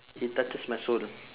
it touches my soul